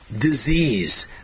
disease